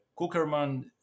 Cookerman